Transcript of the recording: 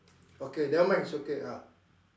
okay never mind is okay ah